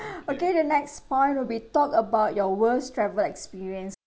okay the next part will be talk about your worst travel experience